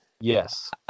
Yes